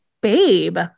Babe